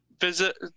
visit